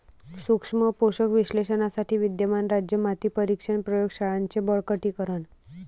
सूक्ष्म पोषक विश्लेषणासाठी विद्यमान राज्य माती परीक्षण प्रयोग शाळांचे बळकटीकरण